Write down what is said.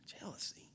Jealousy